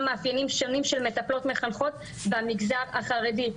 מאפיינים שונים של מטפלות-מחנכות במגזר החרדי,